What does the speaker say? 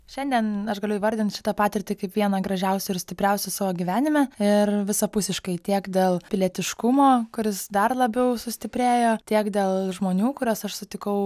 šiandien aš galiu įvardint šitą patirtį kaip vieną gražiausių ir stipriausių savo gyvenime ir visapusiškai tiek dėl pilietiškumo kuris dar labiau sustiprėjo tiek dėl žmonių kuriuos aš sutikau